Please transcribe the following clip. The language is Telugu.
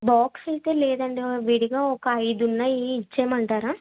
బాక్సు అయితే లేదండి విడిగా ఒక ఐదు ఉన్నాయి ఇచ్చేయమంటారా